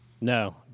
No